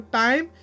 time